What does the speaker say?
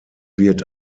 wird